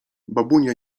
babunia